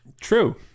True